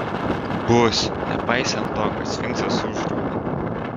bus nepaisant to kad sfinksas uždraudė